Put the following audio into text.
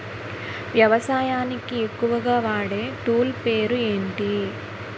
వ్యవసాయానికి ఎక్కువుగా వాడే టూల్ పేరు ఏంటి?